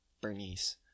Bernice